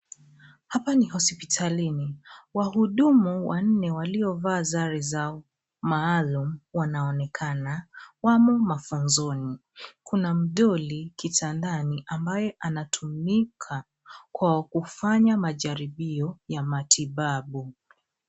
Hapa ni hospitalini. Wahudumu wanne waliovaa sare zao maalum wanaonekana wamo mafunzoni. Kuna mdoli kitandani ambaye anatumika kwa kufanya majaribio ya matibabu.